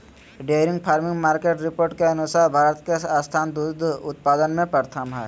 dairy farming market report के अनुसार भारत के स्थान दूध उत्पादन में प्रथम हय